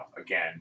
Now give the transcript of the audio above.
again